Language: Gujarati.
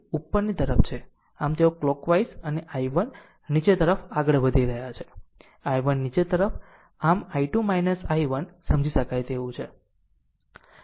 આમ તેઓ કલોકવાઈઝ અને I1 નીચે તરફ આગળ વધી રહ્યા છે I1 નીચે તરફ આમ I2 I1 આમ સમજી શકાય તેવું છે